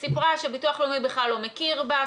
שסיפרה שביטוח לאומי בכלל לא מכיר בה,